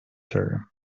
her